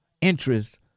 interest